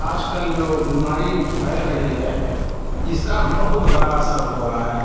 आजकल जो बीमारी फैल रही है इसका बहुत बड़ा असर हो रहा है